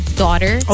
daughter